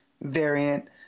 variant